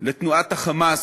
לתנועת ה"חמאס",